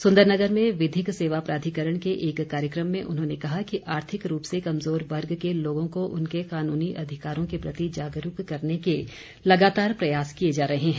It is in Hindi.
सुंदरनगर में विधिक सेवा प्राधिकरण के एक कार्यक्रम में उन्होंने कहा कि आर्थिक रूप से कमजोर वर्ग के लोगों को उनके कानूनी अधिकारों के प्रति जागरूक करने के लगातार प्रयास किए जा रहे हैं